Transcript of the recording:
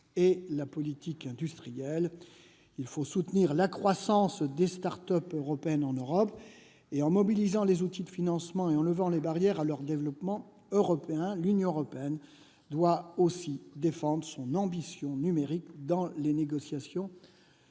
et la politique industrielle. Il faut soutenir la croissance des start-up européennes en Europe, en mobilisant les outils de financement et en levant les barrières à leur développement européen. L'Union européenne doit aussi défendre son ambition numérique dans les négociations commerciales